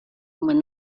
when